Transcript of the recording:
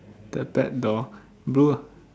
the pet dog blue ah